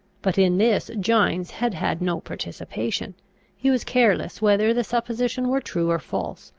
but in this gines had had no participation he was careless whether the supposition were true or false,